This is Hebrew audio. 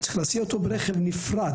צריך להסיע אותו ברכב נפרד.